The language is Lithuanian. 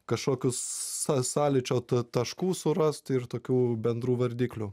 kažkokius sąlyčio ta taškų surast ir tokių bendrų vardiklių